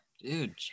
Dude